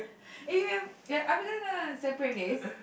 eh ya are are we gonna separate this